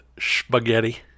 spaghetti